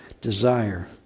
desire